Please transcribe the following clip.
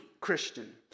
Christian